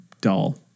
dull